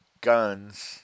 guns